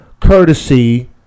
courtesy